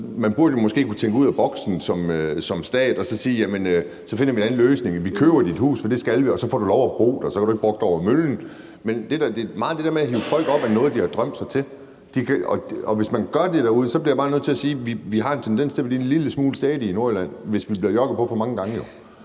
Man burde jo måske kunne tænke ud af boksen som stat og sige, at så finder vi en anden løsning, at vi køber dit hus, for det skal vi, og at så får du lov at bo der, men at så kan du ikke brokke dig over møllen. Det er meget det der med at hive folk op af noget, de har drømt sig til, og hvis man gør det derude, bliver jeg bare nødt til at sige, at vi har en tendens til at blive en lille smule stædige i Nordjylland, hvis vi bliver jokket på for mange gange,